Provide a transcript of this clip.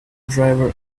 driver